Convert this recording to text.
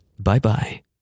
Bye-bye